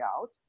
out